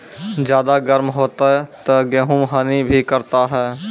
ज्यादा गर्म होते ता गेहूँ हनी भी करता है?